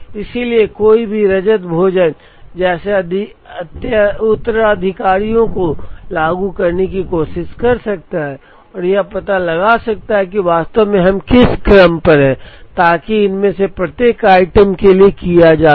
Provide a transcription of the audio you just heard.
इसलिए कोई भी रजत भोजन जैसे उत्तराधिकारियों को लागू करने की कोशिश कर सकता है और यह पता लगा सकता है कि वास्तव में हम किस क्रम पर हैं ताकि इनमें से प्रत्येक आइटम के लिए किया जा सके